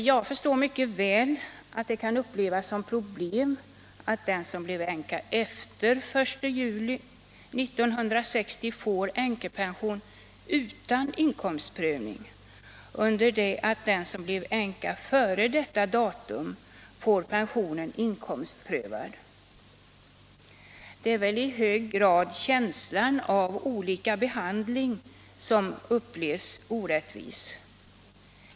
Jag förstår mycket väl att det kan upplevas som problem att den som blev änka den 1 juli 1960 eller senare får änkepension utan inkomstprövning, under det att den som blev änka före detta datum får pensionen inkomstprövad. Det är väl i hög grad känslan av olika behandling som upplevs orättvis.